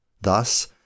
Thus